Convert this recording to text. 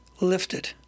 lifted